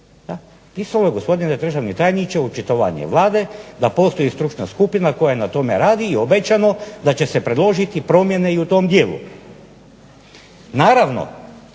Pisalo je, gospodine državni tajniče, u očitovanju Vlade da postoji stručna skupina koja na tome radi i obećano da će se predložiti promjene i u tom dijelu. Naravno,